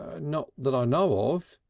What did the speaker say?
ah not that i know of,